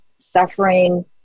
suffering